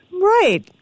Right